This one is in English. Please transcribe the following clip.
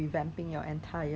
yeah 我知道